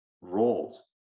roles